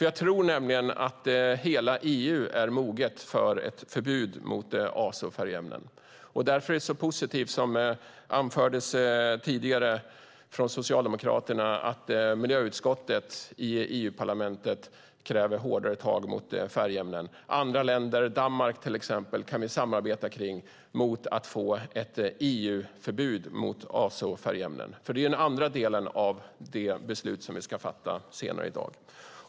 Jag tror att hela EU är moget för ett förbud mot azofärgämnen. Därför är det positivt som Socialdemokraterna anförde att miljöutskottet i EU-parlamentet kräver hårdare tag mot färgämnen. Vi kan samarbeta med andra länder, till exempel Danmark, om att få ett EU-förbud mot azofärgämnen. Det är den andra delen av det beslut som vi ska fatta senare i dag.